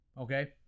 Okay